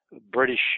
British